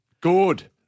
Good